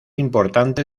importante